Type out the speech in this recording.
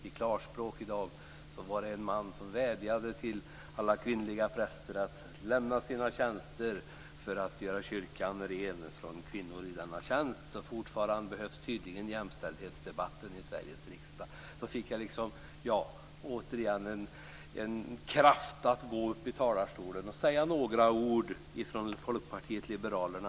I Klarspråk i dag var det en man som vädjade till alla kvinnliga präster att lämna sina tjänster för att göra kyrkan ren från kvinnor i denna tjänst. Fortfarande behövs alltså tydligen jämställdhetsdebatten i Sveriges riksdag. Då fick jag liksom återigen en kraft att gå upp i talarstolen och säga några ord från Folkpartiet liberalerna.